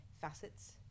facets